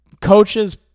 coaches